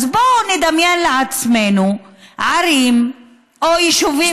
אז בואו נדמיין לעצמנו ערים או יישובים,